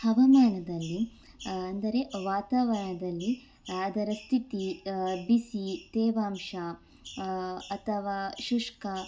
ಹವಾಮಾನದಲ್ಲಿ ಅಂದರೆ ವಾತಾವರಣದಲ್ಲಿ ಅದರ ಸ್ಥಿತಿ ಬಿಸಿ ತೇವಾಂಶ ಅಥವಾ ಶುಷ್ಕ